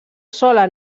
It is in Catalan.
sola